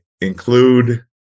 include